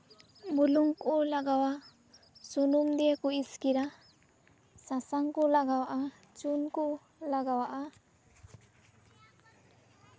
ᱵᱩᱞᱩᱝ ᱠᱚ ᱞᱟᱜᱟᱣᱟ ᱥᱩᱱᱩᱢ ᱫᱤᱭᱮ ᱠᱚ ᱤᱥᱠᱤᱨᱟ ᱥᱟᱥᱟᱝ ᱠᱚ ᱞᱟᱜᱟᱣᱟᱜᱼᱟ ᱪᱩᱱ ᱠᱚ ᱞᱟᱜᱟᱣᱟᱜᱼᱟ